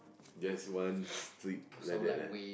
just one strip like that leh